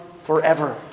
forever